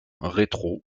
rétro